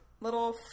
little